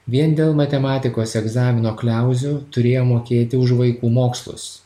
vien dėl matematikos egzamino kliauzių turėjo mokėti už vaikų mokslus